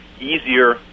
easier